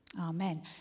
Amen